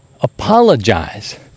apologize